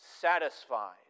satisfied